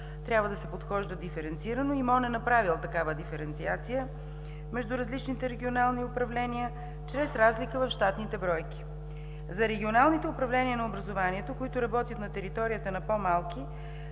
трябва да се подхожда диференцирано и Министерството на образованието и науката е направило диференциация между различните регионални управления чрез разлика в щатните бройки. За регионалните управления на образованието, които работят на територията на по-малки